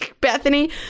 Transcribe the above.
bethany